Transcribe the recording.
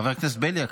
חבר הכנסת בליאק,